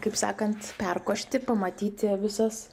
kaip sakant perkošti pamatyti visas